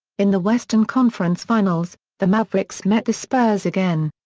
in the western conference finals, the mavericks met the spurs again.